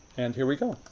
and here we go.